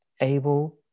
able